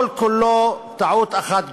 כל-כולו טעות אחת גדולה,